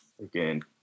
again